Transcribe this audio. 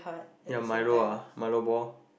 yeah Milo ah Milo ball